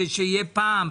שיהיה פעם,